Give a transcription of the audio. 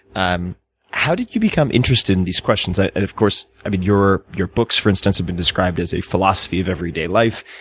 um how did you become interested in these questions? and of course, i mean, your your books, for instance, have been described as a philosophy of everyday life.